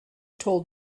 told